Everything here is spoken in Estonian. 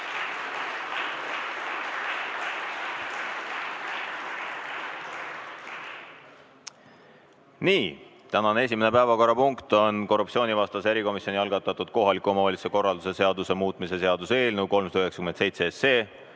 Nii. Tänane esimene päevakorrapunkt on korruptsioonivastase erikomisjoni algatatud kohaliku omavalitsuse korralduse seaduse muutmise seaduse eelnõu 397